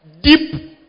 deep